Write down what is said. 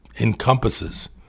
encompasses